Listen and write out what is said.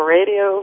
Radio